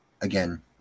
again